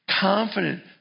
confident